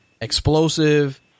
Explosive